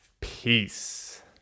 peace